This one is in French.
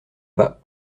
bas